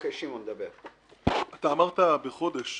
אמרת: בחודש.